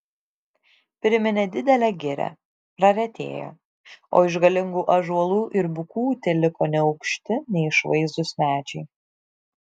priminė didelę girią praretėjo o iš galingų ąžuolų ir bukų teliko neaukšti neišvaizdūs medžiai